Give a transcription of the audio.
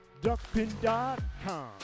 Duckpin.com